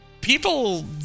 people